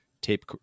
tape